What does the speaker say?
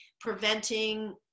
preventing